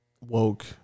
woke